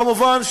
כמובן,